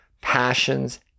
passions